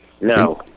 no